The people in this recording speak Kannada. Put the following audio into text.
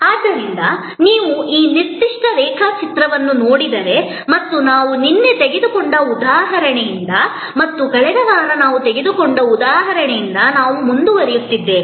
ಆದ್ದರಿಂದ ನೀವು ಈ ನಿರ್ದಿಷ್ಟ ರೇಖಾಚಿತ್ರವನ್ನು ನೋಡಿದರೆ ಮತ್ತು ನಾವು ನಿನ್ನೆ ತೆಗೆದುಕೊಂಡ ಉದಾಹರಣೆಯಿಂದ ಮತ್ತು ಕಳೆದ ವಾರ ನಾವು ತೆಗೆದುಕೊಂಡ ಉದಾಹರಣೆಯಿಂದ ನಾವು ಮುಂದುವರಿಯುತ್ತಿದ್ದೇವೆ